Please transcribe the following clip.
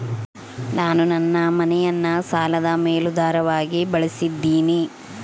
ನಾನು ನನ್ನ ಮನೆಯನ್ನ ಸಾಲದ ಮೇಲಾಧಾರವಾಗಿ ಬಳಸಿದ್ದಿನಿ